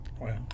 Wow